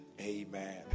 amen